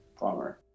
bummer